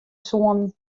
soenen